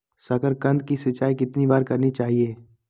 साकारकंद की सिंचाई कितनी बार करनी चाहिए?